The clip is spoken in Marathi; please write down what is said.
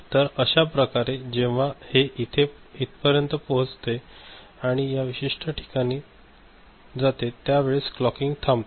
तर अश्या प्रकारे जेव्हा हे इथं पर्यंत पोहचते आणि या विशिष्ट ठिकाणी त्या वेळेस क्लॉकिंग थांबते